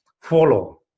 follow